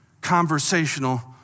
conversational